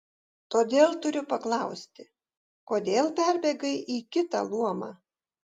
todėl turiu paklausti kodėl perbėgai į kitą luomą